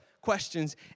questions